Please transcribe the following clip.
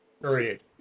Period